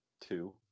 two